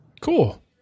Cool